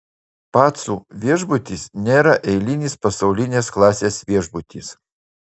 pacų viešbutis nėra eilinis pasaulinės klasės viešbutis